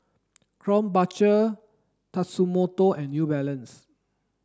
Krombacher Tatsumoto and New Balance